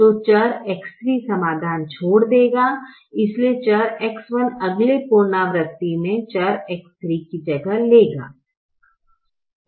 तो चर X3 समाधान छोड़ देगा इसलिए चर X1 अगले पुनरावृत्ति में चर X3 की जगह लेगा